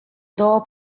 două